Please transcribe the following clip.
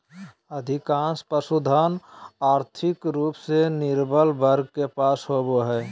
अधिकांश पशुधन, और्थिक रूप से निर्बल वर्ग के पास होबो हइ